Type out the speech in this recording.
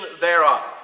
thereof